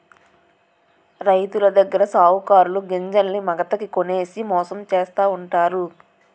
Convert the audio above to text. రైతులదగ్గర సావుకారులు గింజల్ని మాగతాకి కొనేసి మోసం చేస్తావుంటారు